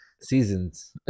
seasons